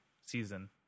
season